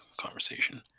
conversation